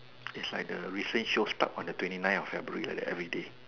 it's like the recent show stuck on the twenty nine of February like that everyday